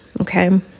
Okay